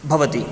भवति